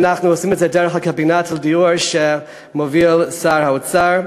ואנחנו עושים את זה דרך הקבינט לדיור שמוביל שר האוצר,